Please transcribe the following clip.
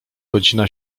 godzina